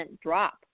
drop